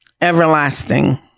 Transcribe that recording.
everlasting